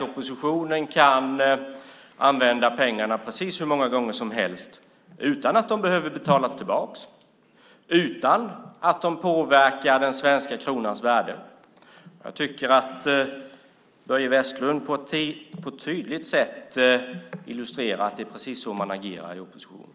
Oppositionen kan använda pengarna precis hur många gånger som helst utan att de behöver betalas tillbaka och utan att de påverkar den svenska kronans värde. Jag tycker att Börje Vestlund på ett tydligt sätt illustrerar att det är precis så man agerar i oppositionen.